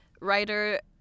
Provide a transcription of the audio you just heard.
writer